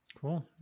Cool